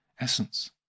essence